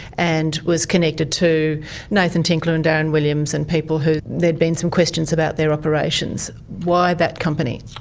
and was connected to nathan tinkler and darren williams and people who there had been some questions about their operations. why that company?